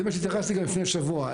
זה מה שהתייחסתי לפני שבוע.